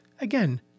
again